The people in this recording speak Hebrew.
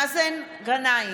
גנאים,